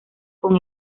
con